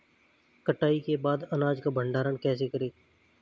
कटाई के बाद अनाज का भंडारण कैसे करें?